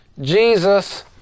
Jesus